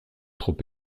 trop